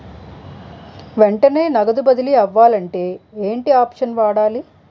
వెంటనే నగదు బదిలీ అవ్వాలంటే ఏంటి ఆప్షన్ వాడాలి?